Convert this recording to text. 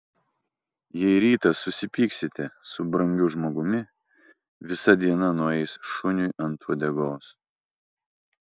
jei rytą susipyksite su brangiu žmogumi visa diena nueis šuniui ant uodegos